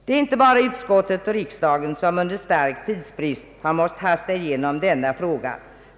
Det är inte bara utskottet och riksdagen som under stark tidsbrist har måst hasta igenom denna fråga.